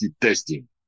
testing